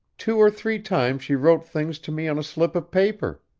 two or three times she wrote things to me on a slip of paper.